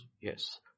Yes